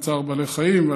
בצער בעלי חיים,